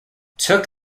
took